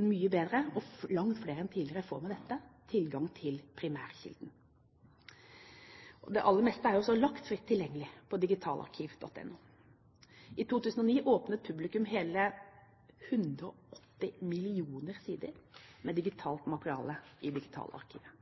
mye bedre, og langt flere enn tidligere får med dette tilgang til primærkilden. Det aller meste er lagt fritt tilgjengelig på digitalarkivet.no. I 2009 åpnet publikum hele 180 millioner sider med digitalt materiale i Digitalarkivet.